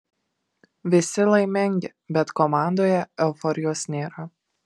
visi laimingi bet komandoje euforijos nėra